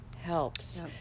helps